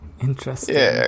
Interesting